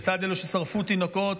לצד אלו ששרפו תינוקות,